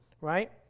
right